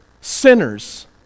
sinners